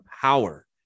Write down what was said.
power